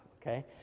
Okay